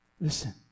Listen